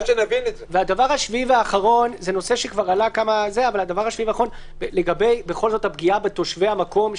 והדבר השביעי והאחרון זה עלה כבר - לגבי הפגיעה בתושבי המקום.